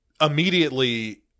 immediately